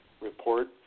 report